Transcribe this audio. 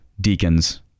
deacons